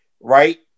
right